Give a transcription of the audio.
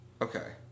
Okay